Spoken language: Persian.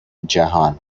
جهان